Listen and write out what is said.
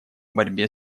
борьбе